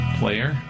player